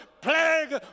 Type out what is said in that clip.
Plague